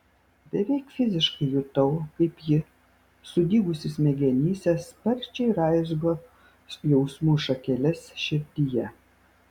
beveik fiziškai jutau kaip ji sudygusi smegenyse sparčiai raizgo jausmų šakeles širdyje